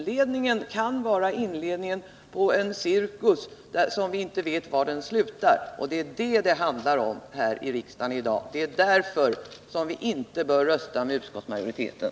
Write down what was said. Detta kan alltså vara inledningen på en cirkus som vi inte vet hur den slutar. Det är detta som det handlar om i dag, och det är därför som vi inte bör rösta med utskottsmajoriteten.